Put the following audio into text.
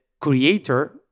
creator